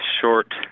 short